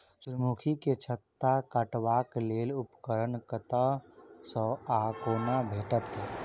सूर्यमुखी केँ छत्ता काटबाक लेल उपकरण कतह सऽ आ कोना भेटत?